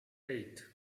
eight